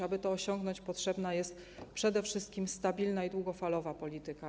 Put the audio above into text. Aby to osiągnąć, potrzebna jest przede wszystkim stabilna i długofalowa polityka.